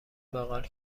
بغل